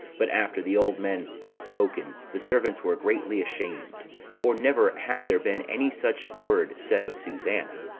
but after the old men had spoken, the servants were greatly ashamed for never had there been any such word said of susanna.